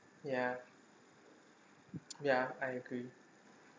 ya ya I agree